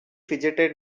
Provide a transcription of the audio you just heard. fidgeted